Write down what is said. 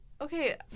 Okay